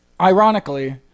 ironically